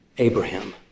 Abraham